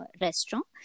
restaurant